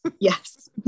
yes